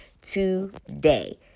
today